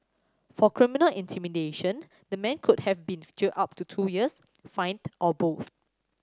for criminal intimidation the man could have been jailed up to two years fined or both